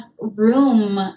room